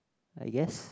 yes